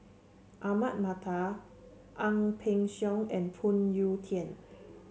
Ahmad Mattar Ang Peng Siong and Phoon Yew Tien